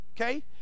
okay